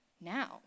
now